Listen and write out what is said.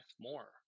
more